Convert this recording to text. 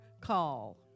call